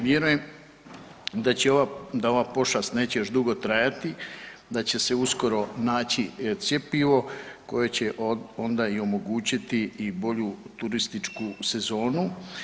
Vjerujem da će ova, da ova pošast neće još dugo trajati, da će se uskoro naći cjepivo koje će onda i omogućiti i bolju turističku sezonu.